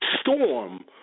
storm